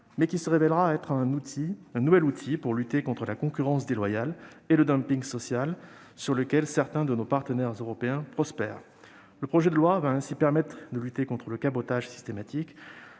mais qui sera un nouvel outil pour lutter contre la concurrence déloyale et le dumping social, sur lequel certains de nos partenaires européens prospèrent. Le projet de loi va ainsi permettre de lutter contre le cabotage systématique